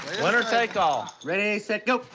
winner take all. ready. set. go!